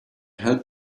help